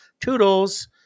toodles